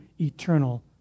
eternal